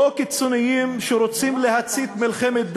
לא קיצונים שרוצים להצית מלחמת דת,